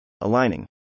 aligning